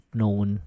known